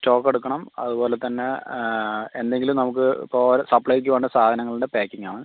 stock എടുക്കണം അതുപോലെത്തന്നെ എന്തെങ്കിലും നമുക്ക് ഇപ്പോൾ സപ്ലൈക്ക് വേണ്ട സാധനങ്ങളുടെ പാക്കിംഗ് ആണ്